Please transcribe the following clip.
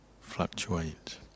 fluctuate